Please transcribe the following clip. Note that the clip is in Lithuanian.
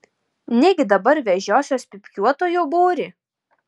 negi dabar vežiosiuos pypkiuotojų būrį